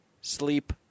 Sleep